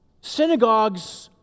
synagogues